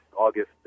August